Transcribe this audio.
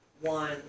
one